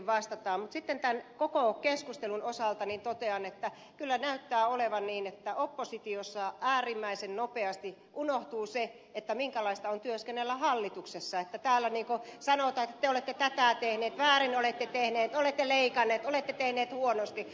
mutta sitten tämän koko keskustelun osalta totean että kyllä näyttää olevan niin että oppositiossa äärimmäisen nopeasti unohtuu se minkälaista on työskennellä hallituksessa kun täällä sanotaan että te olette tätä tehneet väärin olette tehneet olette leikanneet olette tehneet huonosti